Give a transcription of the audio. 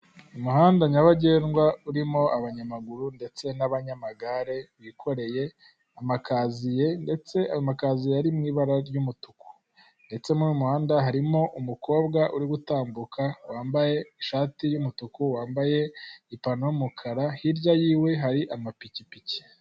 Umuhanda nyabagendwa urimo abanyamaguru ndetse n'abanyamagare bikoreye, amakaziye ndetse ayo makaza ari mu ibara ry'umutuku, ndetse n'umuhanda harimo umukobwa uri gutambuka wambaye ishati y'umutuku wambaye ipantaro y'umukara hirya yiwe hari amapikipiki.